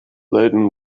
laden